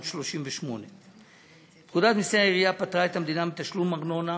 1938. פקודת מסי העירייה פטרה את המדינה מתשלום ארנונה